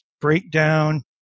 breakdown